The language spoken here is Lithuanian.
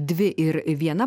dvi ir viena